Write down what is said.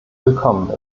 willkommen